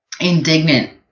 indignant